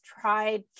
tried